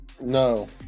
No